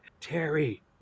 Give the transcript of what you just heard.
Terry